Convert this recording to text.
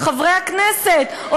חברי הכנסת,